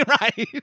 Right